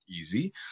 easy